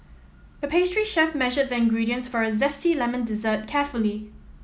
the pastry chef measured the ingredients for a zesty lemon dessert carefully